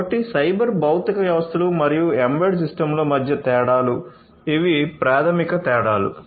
కాబట్టి సైబర్ భౌతిక వ్యవస్థలు మరియు ఎంబెడెడ్ సిస్టమ్లో మధ్య తేడాలు ఇవి ప్రాధమిక తేడాలు